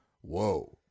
whoa